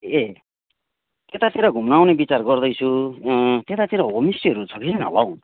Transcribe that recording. ए त्यतातिर घुम्न आउने बिचार गर्दैछु त्यतातिर होमस्टेहरू छ कि छैन होला हौ